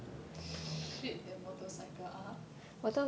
shit that motorcycle (uh huh)